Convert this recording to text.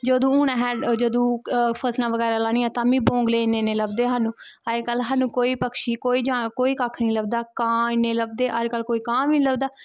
जदूं असैं फसलां बगैरा लानियां बगले इन्नें इन्नें लब्भदे हे स्हानू अज्ज कल स्हानू कोई पक्षी कोई कक्ख नी लब्भदा कां इन्नें लब्भदे हे अज्ज कल कोई कां बी नेंई लब्भदा